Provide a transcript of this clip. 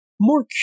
more